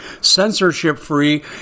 censorship-free